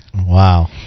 Wow